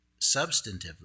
substantively